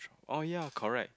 oh ya correct